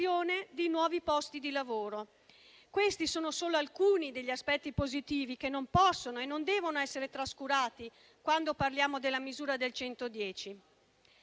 di nuovi posti di lavoro. Questi sono solo alcuni degli aspetti positivi che non possono e non devono essere trascurati quando parliamo della misura del